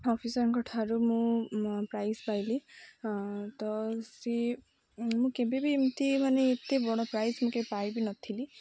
ଅଫିସରଙ୍କଠାରୁ ମୁଁ ପ୍ରାଇଜ ପାଇଲି ତ ସିଏ ମୁଁ କେବେ ବି ଏମିତି ମାନେ ଏତେ ବଡ଼ ପ୍ରାଇଜ ମୁଁ କେ ପାଇ ବି ନଥିଲି